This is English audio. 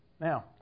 Now